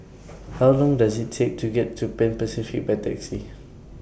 How Long Does IT Take to get to Pan Pacific By Taxi